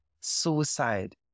suicide